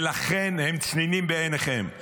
לכן הם צנינים בעיניכם,